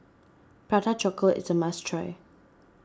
Prata Chocolate is a must try